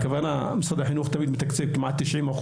הכוונה היא שמשרד החינוך תמיד מתקצב כמעט 90%,